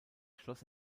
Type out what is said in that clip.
schloss